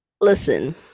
listen